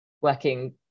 working